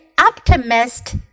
optimist